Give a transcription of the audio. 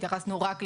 התייחסנו רק לנגדים,